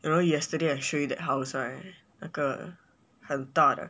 you know yesterday I show you that house right 那个很大的